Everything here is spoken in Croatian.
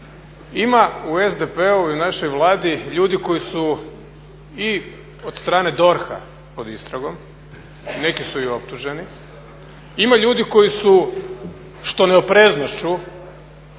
Ima u SDP-u i u našoj Vladi ljudi koji su i od strane DORH-a pod istragom, neki su i optuženi, ima ljudi koji su što neopreznošću